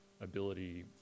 ability